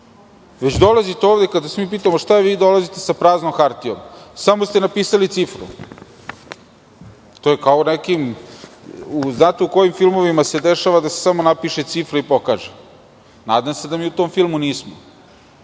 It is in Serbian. već dolazite ovde, kada vas mi pitamo, vi dolazite sa praznom hartijom, samo ste napisali cifru. To je kao u nekim, znate u kojim filmovima se dešava da se samo napiše cifra i pokaže. Nadam se da mi u tom filmu nismo.